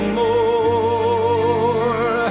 more